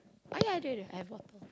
oh yeah I do I do I have water